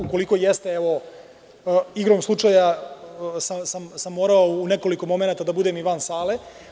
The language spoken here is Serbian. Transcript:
Ukoliko jeste, evo, igrom slučaja sam morao u nekoliko momenata da budem i van sale.